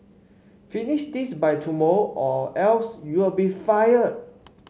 finish this by tomorrow or else you'll be fired